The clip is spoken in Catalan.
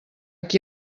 qui